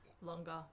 Longer